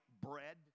bread